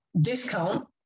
discount